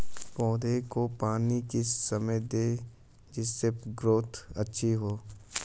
पौधे को पानी किस समय दें जिससे ग्रोथ अच्छी हो?